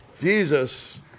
Jesus